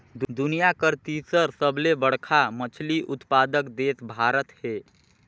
दुनिया कर तीसर सबले बड़खा मछली उत्पादक देश भारत हे